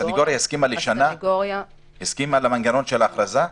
הסנגוריה הסכימה לשנה ולמנגנון של ההכרזה?